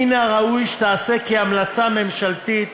מן הראוי שתיעשה כהמלצה ממשלתית